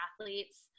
athletes